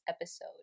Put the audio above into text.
episode